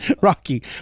rocky